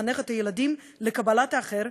לחנך את הילדים לקבלת האחר,